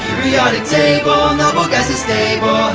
periodic table, noble gas is stable,